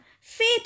faith